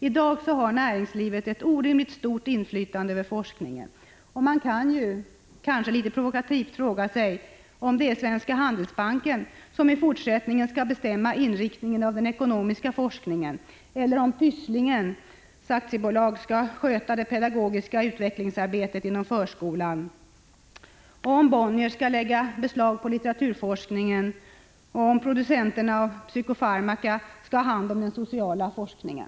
I dag har näringslivet ett orimligt stort inflytande över forskningen. Man kan kanske litet provokativt fråga sig om det är Svenska handelsbanken som i fortsättningen skall bestämma inriktningen av den ekonomiska forskningen, om Pysslingen AB skall sköta det pedagogiska utvecklingsarbetet inom förskolan, om Bonniers skall lägga beslag på litteraturforskningen och om producenterna av psykofarmaka skall ha hand om den sociala forskningen.